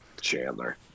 Chandler